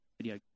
video